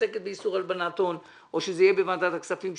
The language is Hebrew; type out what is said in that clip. שעוסקת באיסור הלבנת הון או שזה יהיה בוועדת הכספים,